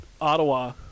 Ottawa